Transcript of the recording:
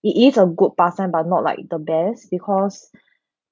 it is a good pastime but not like the best because